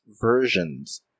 versions